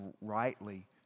rightly